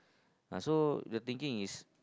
uh so the thinking is